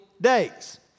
days